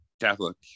catholic